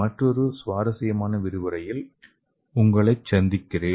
மற்றொரு சுவாரஸ்யமான விரிவுரையில் உங்களை சந்திக்கிறேன்